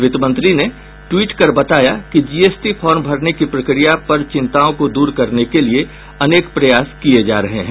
वित्तमंत्री ने ट्वीट कर बताया कि जीएसटी फार्म भरने की प्रक्रिया पर चिंताओं को दूर करने के लिये अनेक प्रयास किये जा रहे हैं